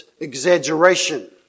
exaggeration